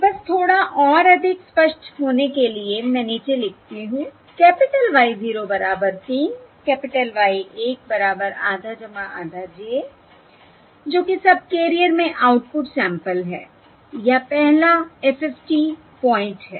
बस थोड़ा और अधिक स्पष्ट होने के लिए मैं नीचे लिखती हूं कैपिटल Y 0 बराबर 3 कैपिटल Y 1 बराबर आधा आधा j जो कि सबकेरियर में आउटपुट सैंपल है या पहला FFT पॉइंट है